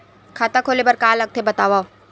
खाता खोले बार का का लगथे बतावव?